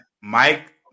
Mike